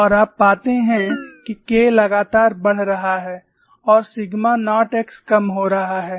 और आप पाते हैं कि K लगातार बढ़ रहा है और सिग्मा नोट x कम हो रहा है